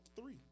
three